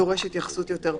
דורש התייחסות יותר פרטנית.